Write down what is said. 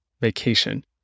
vacation